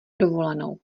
dovolenou